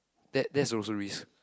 that that's also risk